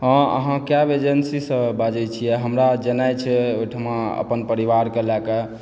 हँ अहाँ कैब एजेन्सीसे बाजय छियै हमरा जेनाइ छै ओहिठुना अपन परिवारके लए कऽ